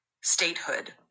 statehood